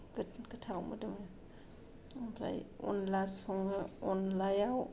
गो गोथाव मोदोमो ओमफ्राय अनला सङो अनलायाव